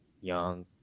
Young